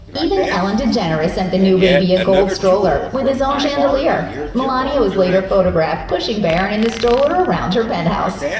even ellen degeneres sent and the new baby a gold stroller with its own chandelier! melania was later photographed pushing barron in the stroller around her penthouse.